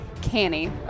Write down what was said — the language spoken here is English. canny